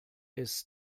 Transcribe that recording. ist